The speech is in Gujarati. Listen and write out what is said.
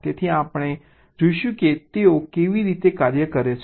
તેથી આપણે જોઈશું કે તેઓ કેવી રીતે કાર્ય કરે છે